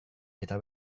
eta